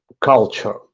culture